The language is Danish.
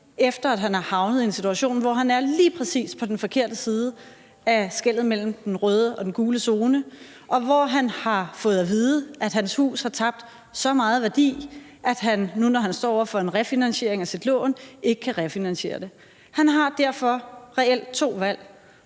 efter at han er havnet i en situation, hvor han lige præcis er på den forkerte side af skellet mellem den røde og den gule zone, og hvor han har fået at vide, at hans hus har tabt så meget værdi, at han, nu når han står over for en refinansiering af sit lån, ikke kan refinansiere det. Han har derfor reelt to valg,